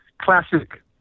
classic